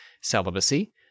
celibacy